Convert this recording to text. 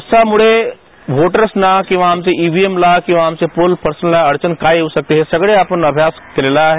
पावसामुळे वोटर्सना किंवा आमच्या इव्हिएमला किंवा आमच्या पोल पर्सनला अडचण काय येऊ शकते याच आम्ही सगळा अभ्यास केलेला आहे